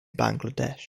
bangladesh